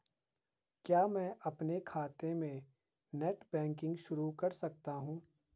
क्या मैं अपने खाते में नेट बैंकिंग शुरू कर सकता हूँ?